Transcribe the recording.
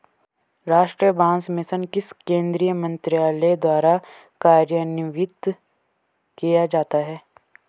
राष्ट्रीय बांस मिशन किस केंद्रीय मंत्रालय द्वारा कार्यान्वित किया जाता है?